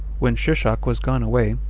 when shishak was gone away,